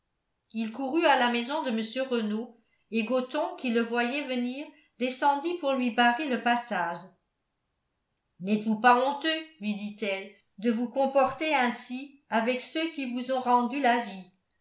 il courut à la maison de mr renault et gothon qui le voyait venir descendit pour lui barrer le passage n'êtes-vous pas honteux lui dit-elle de vous comporter ainsi avec ceux qui vous ont rendu la vie